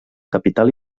capital